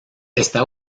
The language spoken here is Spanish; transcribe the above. está